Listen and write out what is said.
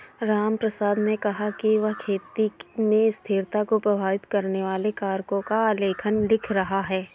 रामप्रसाद ने कहा कि वह खेती में स्थिरता को प्रभावित करने वाले कारकों पर आलेख लिख रहा है